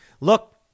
look